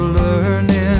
learning